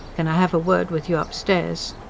can i have a word with you upstairs?